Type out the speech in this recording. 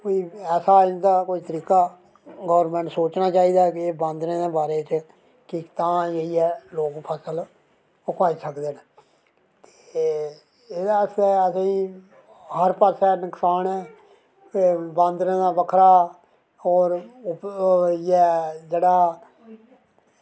एह् ऐसा कोई इंदा तरीका गौरमैंट सोचना चाहिदा एह् बंदरें दे बारे च कि तां जाइयै लोग फसल उगाई सकदे न ते एह्दे आस्तै असेंगी हर पासै दा नुकसान ऐ बंदरें दा बक्खरा होर इ'यै जेह्ड़ा